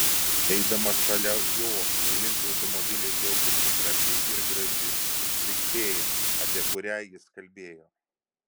eidama šalia jo link automobilio jautėsi trapi ir graži lyg fėja apie kurią jis kalbėjo